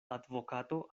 advokato